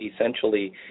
essentially